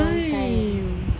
long time